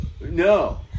No